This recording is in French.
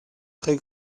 très